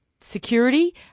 security